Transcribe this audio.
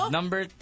Number